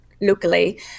locally